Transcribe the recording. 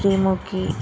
Sreemukhi